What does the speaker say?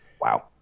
Wow